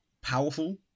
powerful